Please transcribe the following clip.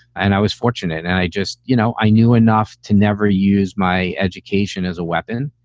and i was fortunate. and i just you know, i knew enough to never use my education as a weapon.